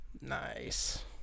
Nice